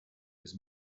his